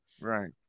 Right